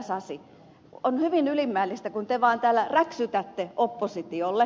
sasi on hyvin ylimielistä kun te vaan täällä räksytätte oppositiolle